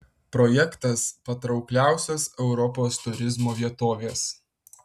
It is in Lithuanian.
projektas patraukliausios europos turizmo vietovės